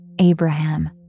Abraham